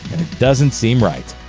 doesn't seem right.